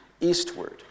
eastward